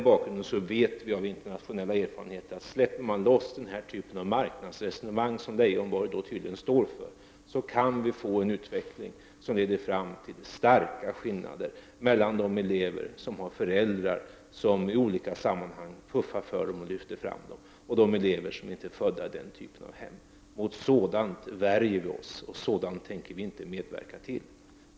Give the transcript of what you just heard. Vi vet av internationella erfarenheter att om man släpper loss den typ av marknadsresonemang som Lars Leijonborg här för, kan vi få en utveckling som leder fram till starka skillnader mellan å ena sidan elever med föräldrar som i olika sammanhang puffar för sina barn och lyfter fram dem och å andra sidan elever som inte är födda i den typen av hem. Mot detta värjer vi oss, och något sådant tänker vi inte medverka till.